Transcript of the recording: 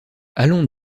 allons